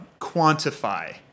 quantify